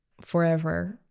forever